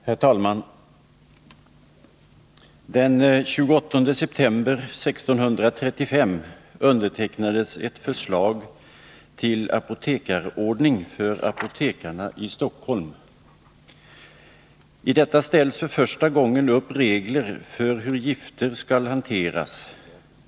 Herr talman! Den 28 september 1635 undertecknades ett förslag till apotekarordning för apotekarna i Stockholm. I detta ställdes för första gången upp regler för hur gifter skall hanteras.